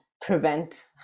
prevent